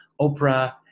Oprah